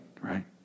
Right